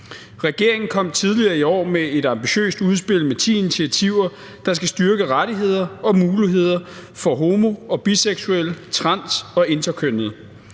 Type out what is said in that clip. Regeringen kom tidligere i år med et ambitiøst udspil med ti initiativer, der skal styrke rettigheder og muligheder for homo- og biseksuelle, trans- og interkønnede.